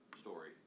story